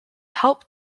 help